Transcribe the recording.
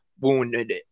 Wounded